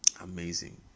Amazing